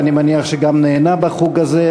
ואני מניח שהוא גם נהנה בחוג הזה,